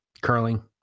Curling